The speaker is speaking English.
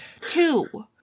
Two